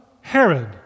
Herod